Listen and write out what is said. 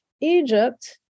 Egypt